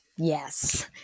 Yes